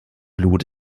blut